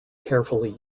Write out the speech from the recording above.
carefully